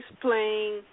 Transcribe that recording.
playing –